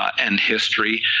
and history,